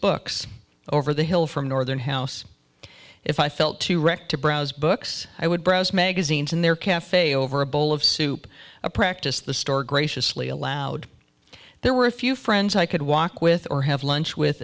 books over the hill from northern house if i felt too wrecked to browse books i would browse magazines in their cafe over a bowl of soup a practice the store graciously allowed there were a few friends i could walk with or have lunch with